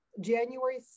January